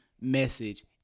message